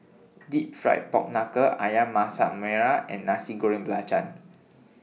Deep Fried Pork Knuckle Ayam Masak Merah and Nasi Goreng Belacan